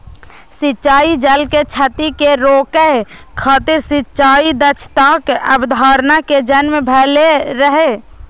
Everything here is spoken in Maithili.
सिंचाइ जल के क्षति कें रोकै खातिर सिंचाइ दक्षताक अवधारणा के जन्म भेल रहै